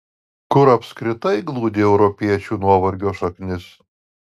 kur apskritai glūdi europiečių nuovargio šaknis